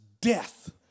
death